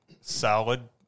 salad